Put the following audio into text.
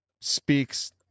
speaks